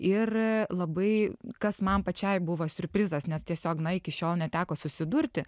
ir labai kas man pačiai buvo siurprizas nes tiesiog na iki šiol neteko susidurti